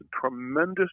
tremendous